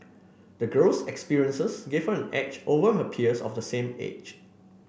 the girl's experiences gave her an edge over her peers of the same age